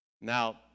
Now